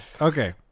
Okay